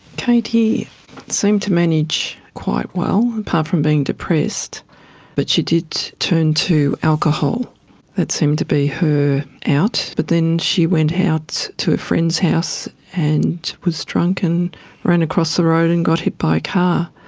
katie seemed to manage quite well and um from being depressed but she did turn to alcohol that seemed to be her out, but then she went out to a friend's house and was drunk and ran across the road and got hit by a car.